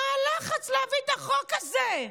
מה הלחץ להביא את החוק הזה?